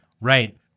Right